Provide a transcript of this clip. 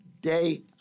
day